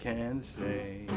can say